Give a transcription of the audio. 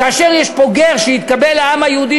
כאשר יש פה גר שהתקבל לעם היהודי,